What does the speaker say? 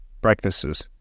breakfasts